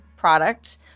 product